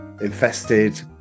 infested